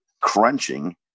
crunching